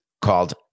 called